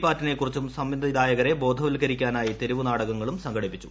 പാറ്റിനെക്കുക്കുറിച്ചും സമ്മതിദായകരെ ബോധവത്ക്കരിക്കാനായി തെരുവു ്ത്രീടിക്ങളും സംഘടിപ്പിച്ചു